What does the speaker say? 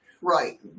Right